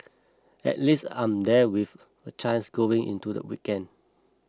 at least I'm there with a chance going into the weekend